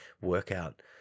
workout